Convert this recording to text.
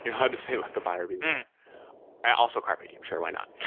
you're allowed to say like a buyer beware and also carpe diem. sure, why not?